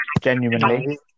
genuinely